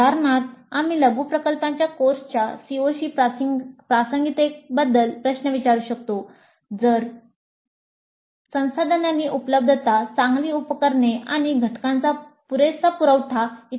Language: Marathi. उदाहरणार्थ आम्ही लघु प्रकल्पाच्या कोर्सच्या COशी प्रासंगिकतेबद्दल प्रश्न विचारू शकतो जसे की संसाधनांची उपलब्धता चांगली उपकरणे आणि घटकांचा पुरेसा पुरवठा इ